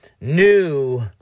new